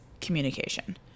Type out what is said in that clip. communication